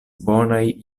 bonaj